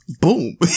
boom